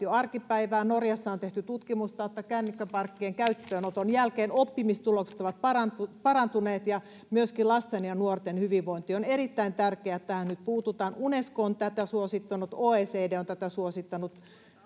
arkipäivää. Norjassa on tehty tutkimusta, että kännykkäparkkien käyttöönoton jälkeen oppimistulokset ovat parantuneet ja myöskin lasten ja nuorten hyvinvointi. On erittäin tärkeää, että tähän nyt puututaan. Unesco on tätä suosittanut, OECD on tätä suosittanut.